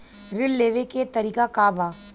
ऋण लेवे के तरीका का बा?